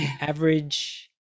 Average